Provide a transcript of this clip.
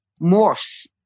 morphs